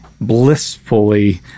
blissfully